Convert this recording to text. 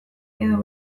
edo